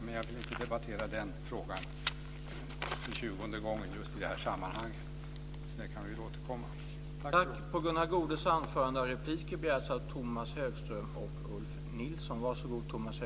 Men jag vill inte debattera den frågan för tjugonde gången just i det här sammanhanget. Det kan vi väl återkomma till.